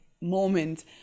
moment